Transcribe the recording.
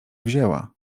wzięła